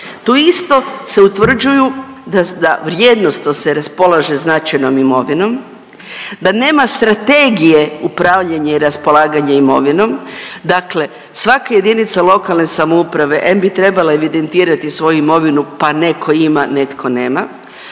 tu isto se utvrđuju da vrijednosno se raspolaže značajnom imovinom, da nema strategije upravljanja i raspolaganja imovinom. Dakle, svaka jedinica lokalne samouprave em bi trebala evidentirani svoju imovinu pa neko ima, netko nema,